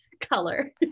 color